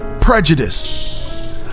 prejudice